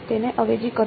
તેને અવેજી કરો